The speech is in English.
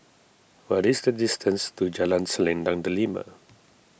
what is the distance to Jalan Selendang Delima